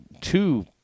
two